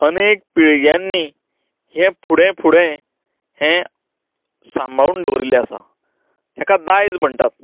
अनेक पिळग्यांनी हें फुडें फुडें हें सांबाळून दवरिल्लें आसा हेका दायज म्हणटात